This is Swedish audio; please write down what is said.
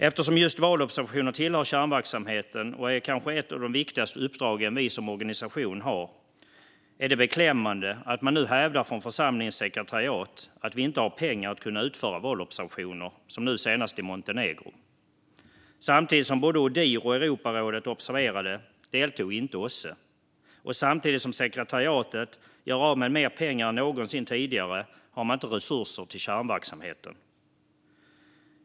Eftersom just valobservationer tillhör kärnverksamheten och kanske är ett av de viktigaste uppdragen vi som organisation har är det beklämmande att man nu från församlingens sekretariat hävdar att vi inte har pengar till att utföra valobservationer, som nu senast i Montenegro. När både ODIHR och Europarådet observerade deltog inte OSSE. Samtidigt som sekretariatet gör av med mer pengar än någonsin tidigare har man inte resurser till kärnverksamheten.